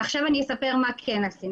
ועכשיו אני אספר מה כן עשינו.